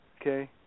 Okay